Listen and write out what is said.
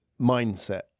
mindset